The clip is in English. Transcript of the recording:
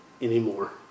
anymore